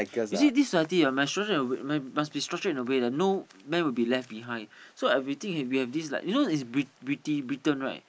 you see this society ah must structure must be structured in a way that no man will be left behind so I we think we have this like you know is briti~ Britain right